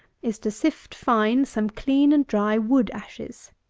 is, to sift fine some clean and dry wood-ashes.